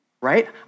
right